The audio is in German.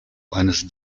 eines